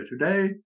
today